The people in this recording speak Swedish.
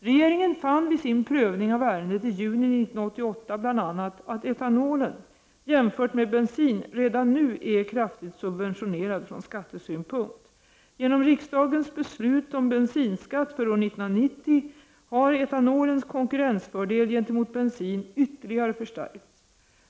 Regeringen fann vid sin prövning av ärendet i juni 1988 bl.a. att etanolen jämfört med bensin redan nu är kraftigt subventionerad från skattesynpunkt. Genom riksdagens beslut om bensinskatt för år 1990 har etanolens konkurrensfördel gentemot bensin ytterligare förstärkts.